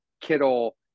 Kittle